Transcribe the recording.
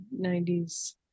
90s